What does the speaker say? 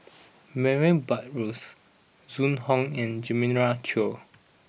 Murray Buttrose Zhu Hong and Jeremiah Choy